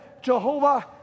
Jehovah